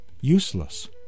useless